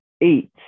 eight